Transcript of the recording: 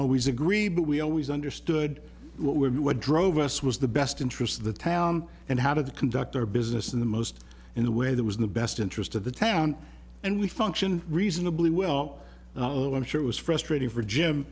always agree but we always understood what we knew what drove us was the best interest of the town and how to conduct our business in the most in the way that was the best interest of the town and we function reasonably well i'm sure it was frustrating for